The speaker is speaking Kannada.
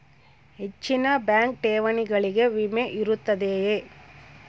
ಹೆಚ್ಚಿನ ಬ್ಯಾಂಕ್ ಠೇವಣಿಗಳಿಗೆ ವಿಮೆ ಇರುತ್ತದೆಯೆ?